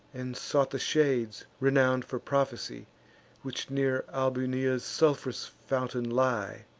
and sought the shades renown'd for prophecy which near albunea's sulph'rous fountain lie.